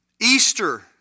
Easter